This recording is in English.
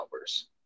hours